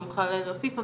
הוא יוכל להוסיף.